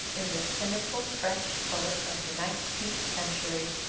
in the cynical french poet of the nineteenth century,